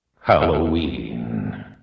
Halloween